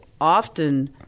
often